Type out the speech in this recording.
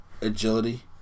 agility